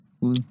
Cool